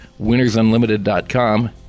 winnersunlimited.com